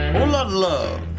lotta love.